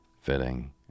fitting